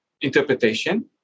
interpretation